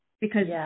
Because-